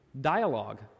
dialogue